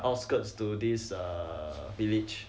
outskirts to this err village